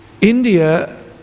India